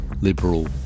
Liberal